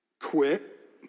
Quit